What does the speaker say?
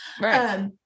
Right